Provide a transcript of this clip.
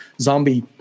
Zombie